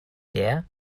dear